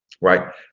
right